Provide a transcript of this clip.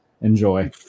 Enjoy